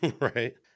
Right